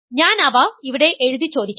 ഞാൻ അവ ഇവിടെ എഴുതി ചോദിക്കാം